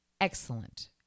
Excellent